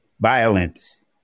violence